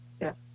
yes